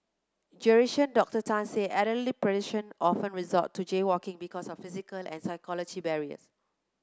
Geriatrician Doctor Tan said elderly pedestrian often resort to jaywalking because of physical and psychological barriers